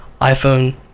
iPhone